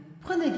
Prenez